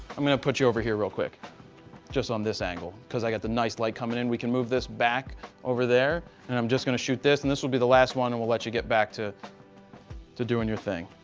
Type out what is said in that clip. i'm going to put you over here real quick just on this angle because i get the nice light coming in. we can move this back over there and i'm just going to shoot this and this will be the last one and we'll let you get back to to doing your thing.